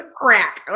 crack